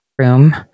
room